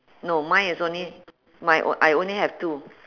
no mine is only mi~ I only have two